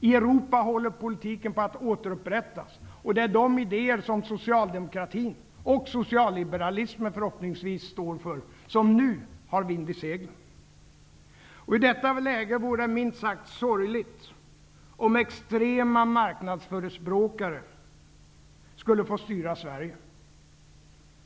I Europa håller politiken på att återupprättas, och det är de idéer som socialdemokratin, och förhoppningsvis socialliberalismen, står för som nu har vind i seglen. I detta läge vore det minst sagt sorgligt om extrema marknadsförespråkare skulle få styra Sverige.